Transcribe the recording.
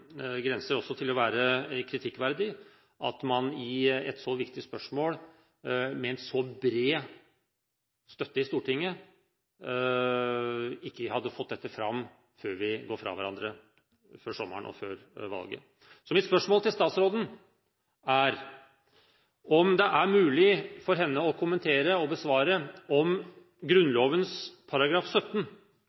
grenser til det kritikkverdige at man i et så viktig spørsmål, med en så bred støtte i Stortinget, ikke har fått dette fram før vi går fra hverandre før sommeren og før valget. Mitt spørsmål til statsråden er: Er det mulig for henne å kommentere og besvare om Grunnloven § 17